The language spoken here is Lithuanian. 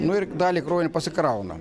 nu ir dalį krovinio pasikrauna